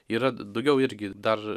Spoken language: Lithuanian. yra daugiau irgi dar